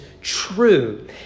true